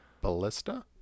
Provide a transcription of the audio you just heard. Ballista